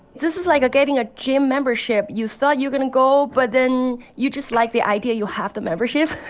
this is like getting a gym membership. you thought you're going to go, but then you just like the idea. you'll have the membership,